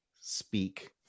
speak